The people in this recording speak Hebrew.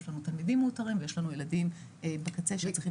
יש לנו תלמידים מאותרים ויש לנו ילדים בקצה שצריכים